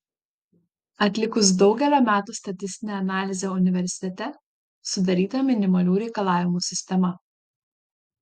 atlikus daugelio metų statistinę analizę universitete sudaryta minimalių reikalavimų sistema